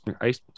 ice